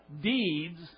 deeds